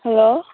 hello